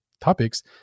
topics